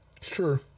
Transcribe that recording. Sure